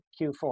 Q4